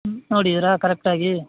ಹ್ಞೂ ನೋಡಿದಿರಾ ಕರೆಕ್ಟಾಗಿ